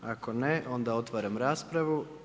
Ako ne, onda otvaram raspravu.